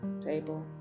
table